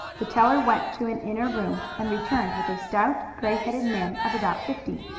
the teller went to an inner room and returned with a stout, gray-headed man of about fifty.